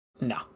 no